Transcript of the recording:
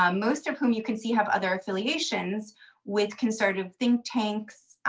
um most of whom you can see have other affiliations with concerted think tanks